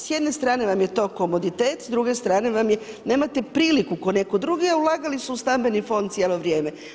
S jedne strane vam je to komoditet, s druge strane vam je, nemate priliku kao netko drugi a ulagali su u stambeni fond cijelo vrijeme.